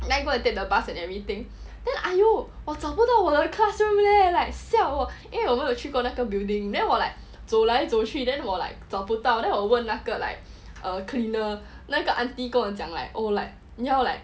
I go and take the bus and everything then !aiyo! 我找不到我的 classroom leh like siao 因为我没有去过那个 building then 我 like 走来走去 then 我 like 找不到 then 我问那个 like a cleaner 那个 aunty 跟我讲 like oh like 你要 like